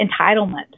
entitlement